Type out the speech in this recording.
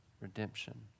redemption